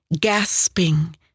gasping